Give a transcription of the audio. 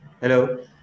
Hello